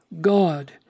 God